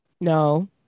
No